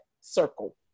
circle